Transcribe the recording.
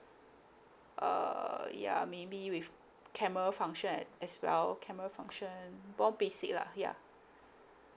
err ya maybe with camera function a~ as well camera function more basic lah ya